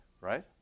right